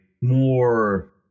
more